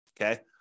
Okay